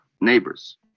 neighbors